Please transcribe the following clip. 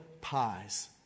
pies